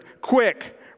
quick